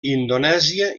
indonèsia